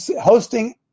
hosting